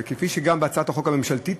וכפי שנמצא גם בהצעת החוק הממשלתית,